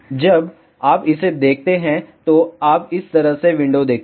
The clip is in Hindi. जब आप इसे देखते हैं तो आप इस तरह से विंडो देखेंगे